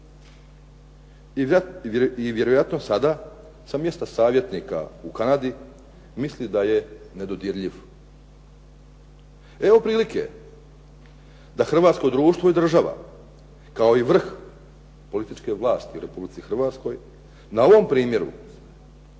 I vjerojatno sada sa mjesta savjetnika u Kanadi misli da je nedodirljiv. Evo prilike da hrvatsko društvo i država, kao i vrh političke vlasti u Republici Hrvatskoj na ovom primjeru